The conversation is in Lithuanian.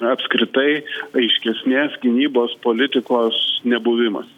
apskritai aiškesnės gynybos politikos nebuvimas